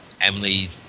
Emily